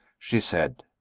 she said.